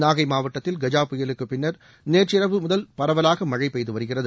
நாகை மாவட்டத்தில் கஜா புயலுக்குப்பின்னர் நேற்றிரவு முதல் பரவலாக மழை பெய்து வருகிறது